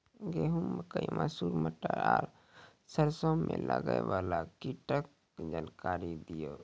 गेहूँ, मकई, मसूर, मटर आर सरसों मे लागै वाला कीटक जानकरी दियो?